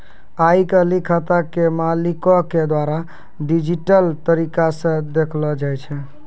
आइ काल्हि खाता के मालिको के द्वारा डिजिटल तरिका से देखलो जाय छै